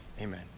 Amen